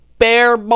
Bear